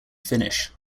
finnish